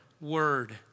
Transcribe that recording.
word